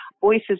voices